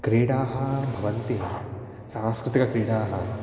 क्रीडाः भवन्ति सांस्कृतिकक्रीडाः